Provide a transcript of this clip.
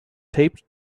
taped